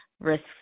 risks